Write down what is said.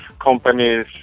companies